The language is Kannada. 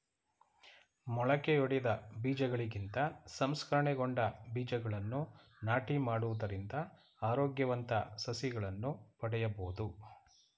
ಮೊಳಕೆಯೊಡೆದ ಬೀಜಗಳಿಗಿಂತ ಸಂಸ್ಕರಣೆಗೊಂಡ ಬೀಜಗಳನ್ನು ನಾಟಿ ಮಾಡುವುದರಿಂದ ಆರೋಗ್ಯವಂತ ಸಸಿಗಳನ್ನು ಪಡೆಯಬೋದು